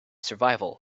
survival